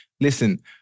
Listen